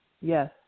Yes